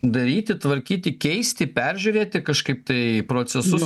daryti tvarkyti keisti peržiūrėti kažkaip tai procesus